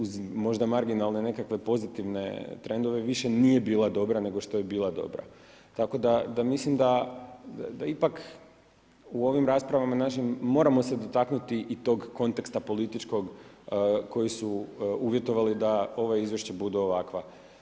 Uz možda marginalne nekakve pozitivne trendove više nije bila dobra nego što je bila dobra, tako da mislim da ipak u ovim raspravama našim moramo se dotaknuti i tog konteksta političkog koji su uvjetovali da ova izvješća budu ovakva.